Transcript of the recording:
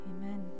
Amen